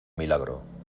milagro